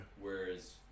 Whereas